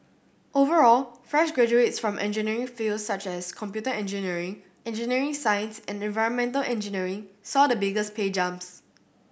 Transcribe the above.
overall fresh graduates from engineering fields such as computer engineering engineering science and environmental engineering saw the biggest pay jumps